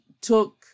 took